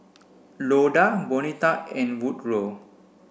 Loda Bonita and Woodrow